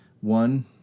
One